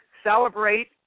celebrate